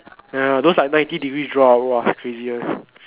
ya those like ninety degree drop !wah! crazy one